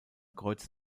kreuz